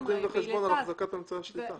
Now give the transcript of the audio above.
צריך לתת דין וחשבון על החזקת אמצעי השליטה.